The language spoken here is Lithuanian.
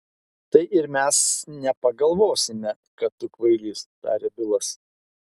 tai ir mes nepagalvosime kad tu kvailys tarė bilas